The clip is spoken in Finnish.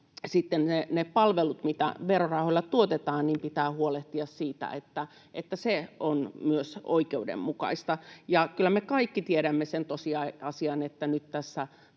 osalta, mitä verorahoilla tuotetaan, pitää huolehtia, että se on oikeudenmukaista. Ja kyllä me kaikki tiedämme sen tosiasian, että nyt tässä